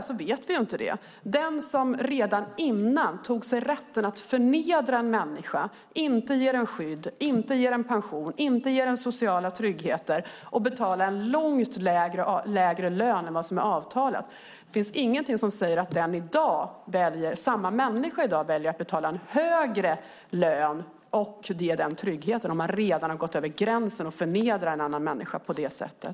När det gäller den som redan tidigare tog sig rätten att förnedra en människa och inte ge skydd, inte ge pension, inte ge social trygghet och betala en långt lägre lön än vad som är avtalat finns det ingenting som säger att den personen i dag väljer att betala en högre lön och ge trygghet, alltså om man redan har gått över gränsen och förnedrat en annan människa på det sättet.